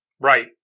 right